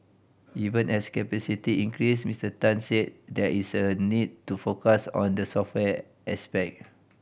even as capacity increases Mister Tan said there is a need to focus on the software aspect